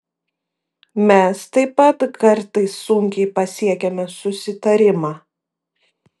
mes taip pat kartais sunkiai pasiekiame susitarimą